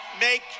Make